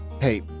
Hey